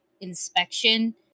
inspection